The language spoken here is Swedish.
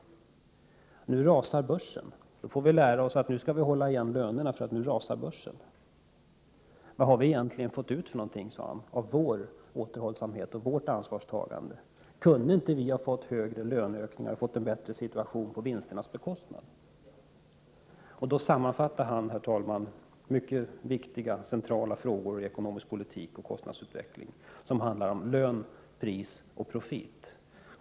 Nu rasar börsen. Nu får vi lära oss att hålla igen lönerna därför att börsen rasar. Vad har vi egentligen fått ut av vår återhållsamhet och vårt ansvarstagande? Kunde vi inte ha fått högre löneökningar och en bättre situation på vinsternas bekostnad? Då sammanfattade han mycket viktiga centrala frågor i ekonomisk politik och kostnadsutveckling som handlar om löner, priser och profit.